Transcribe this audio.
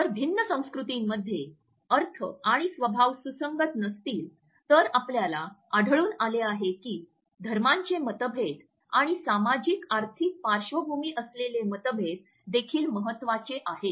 जर भिन्न संस्कृतींमध्ये अर्थ आणि स्वभाव सुसंगत नसतील तर आपल्याला आढळून आले आहे की धर्मांचे मतभेद आणि सामाजिक आर्थिक पार्श्वभूमीशी असलेले मतभेद देखील महत्वाचे आहेत